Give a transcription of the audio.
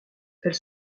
elle